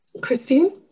Christine